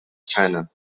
china